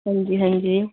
हां जी हां जी